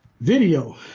video